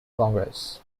congress